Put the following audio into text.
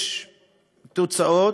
יש תוצאות,